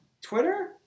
Twitter